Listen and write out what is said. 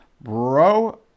Bro